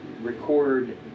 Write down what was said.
record